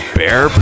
bear